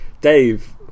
Dave